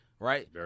Right